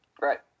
Right